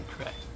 Correct